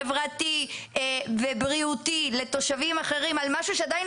חברתי ובריאותי לתושבים אחרים על משהו שעדיין